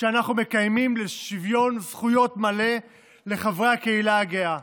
שאנחנו מקיימים לשוויון זכויות מלא לחברי הקהילה הגאה.